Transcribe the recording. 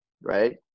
right